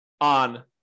on